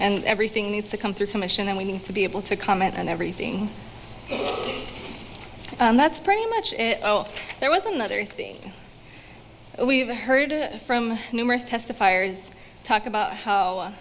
and everything needs to come through commission and we need to be able to comment on everything that's pretty much there was another thing we've heard from numerous testifiers talk about